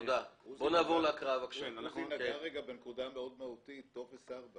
עוזי, בטופס ארבע